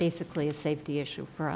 basically a safety issue for